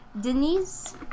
Denise